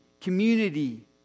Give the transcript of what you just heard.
community